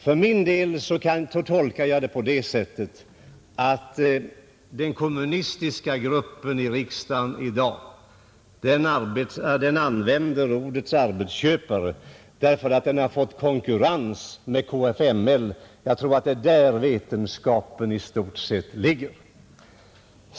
För min del tolkar jag det på det sättet att den kommunistiska gruppen i riksdagen i dag använder ordet arbetsköpare därför att den har fått konkurrens med KFML. Jag tror att det i stort sett är där som vetenskapen ligger.